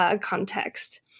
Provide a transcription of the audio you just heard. context